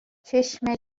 چشم